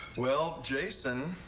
well, jason